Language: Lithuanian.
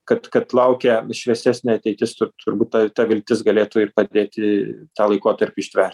kad kad laukia šviesesnė ateitis turbūt ta ta viltis galėtų padėti tą laikotarpį ištvert